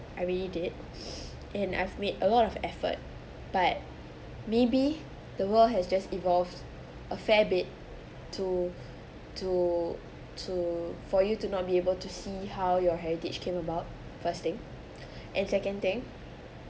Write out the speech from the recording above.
I read it and I've made a lot of effort but maybe the world has just evolved a fair bit to to to for you to not be able to see how your heritage came about first thing and second thing